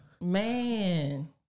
Man